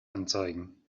anzeigen